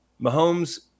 Mahomes